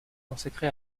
consacré